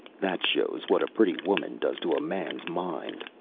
that shows what a pretty woman does to a man's mind.